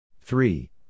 three